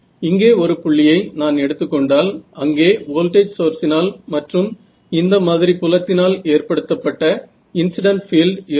இங்கே ஒரு புள்ளியை நான் எடுத்துக்கொண்டால் அங்கே வோல்டேஜ் சோர்ஸினால் மற்றும் இந்த மாதிரி புலத்தினால் ஏற்படுத்தப்பட்ட இன்ஸிடண்ட் பீல்ட் இருக்கும்